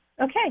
Okay